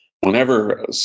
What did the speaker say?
whenever